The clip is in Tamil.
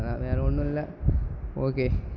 அதுதான் வேற ஒன்றும் இல்லை ஓகே